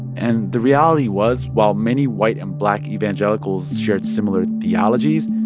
and the reality was, while many white and black evangelicals shared similar theologies,